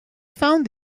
found